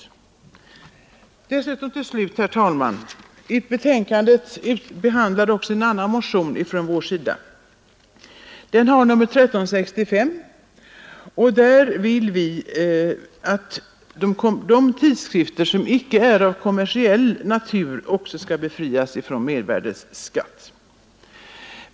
Jag vill till slut, herr talman, säga att i betänkandet behandlas även en annan motion från vårt parti, nämligen motion nr 1365. Vi framför där det önskemålet att de tidskrifter som icke är av kommersiell natur skall befrias från mervärdeskatt.